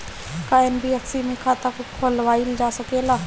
का एन.बी.एफ.सी में खाता खोलवाईल जा सकेला?